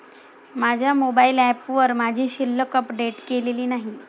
माझ्या मोबाइल ऍपवर माझी शिल्लक अपडेट केलेली नाही